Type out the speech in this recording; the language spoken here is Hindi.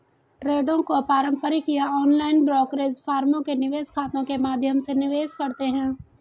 ट्रेडों को पारंपरिक या ऑनलाइन ब्रोकरेज फर्मों के निवेश खातों के माध्यम से निवेश करते है